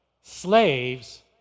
slaves